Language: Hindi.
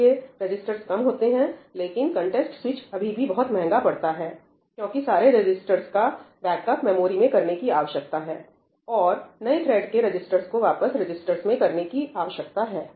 इसलिए रजिस्टर्स कम होते हैंलेकिन कंटेस्ट स्विच अभी भी बहुत महंगा पड़ता है क्योंकि सारे रजिस्टर्स का बैकअप मेमोरी में करने की आवश्यकता है और नए थ्रेड के रजिस्टर्स को वापस रजिस्टर्स में कॉपी करने की आवश्यकता है